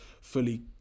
fully